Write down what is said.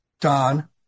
Don